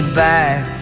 back